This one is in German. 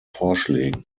vorschlägen